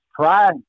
try